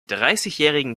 dreißigjährigen